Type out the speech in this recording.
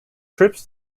trips